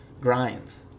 grinds